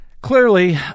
Clearly